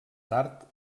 tard